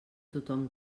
tothom